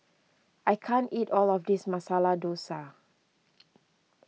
I can't eat all of this Masala Dosa